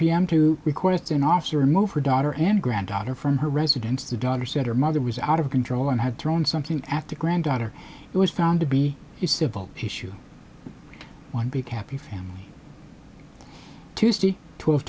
pm to request an officer remove her daughter and granddaughter from her residence the daughter said her mother was out of control and had thrown something at the granddaughter was found to be civil issue one big happy family tuesday twelve